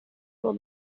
for